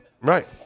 Right